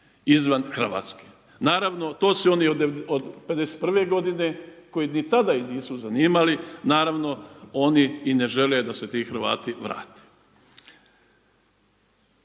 izvan Hrvatske. Naravno to su oni od 51. godine koji ni tada ih nisu zanimali naravno oni i ne žele da se ti Hrvati vrate.